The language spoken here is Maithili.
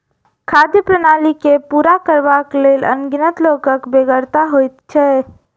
खाद्य प्रणाली के पूरा करबाक लेल अनगिनत लोकक बेगरता होइत छै